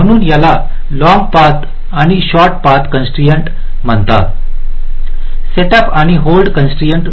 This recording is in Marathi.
म्हणूनच याला लॉंग पाथ आणि शॉर्ट पाथ कॉन्स्ट्राइन्टस म्हणतात सेटअप आणि होल्ड कॉन्स्ट्राइन्टस